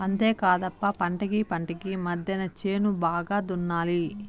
అంతేకాదప్ప పంటకీ పంటకీ మద్దెన చేను బాగా దున్నాలి